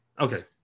Okay